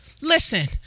listen